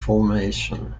formation